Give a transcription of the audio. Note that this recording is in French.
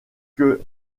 que